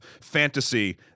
fantasy